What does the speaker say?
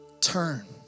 Turn